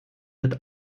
wird